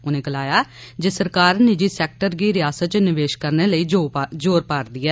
उनें गलाया जे सरकार निजि सैक्टर गी रियासत च निवेश करने लेई जोर पा'दी ऐ